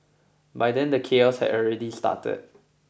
by then the chaos had already started